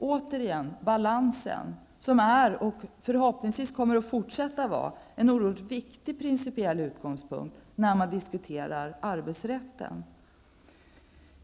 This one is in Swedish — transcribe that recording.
Återigen handlar det om balansen som är, och förhoppningsvis kommer att fortsätta att vara, en oerhört viktig principiell utgångspunkt när man diskuterar arbetsrätten.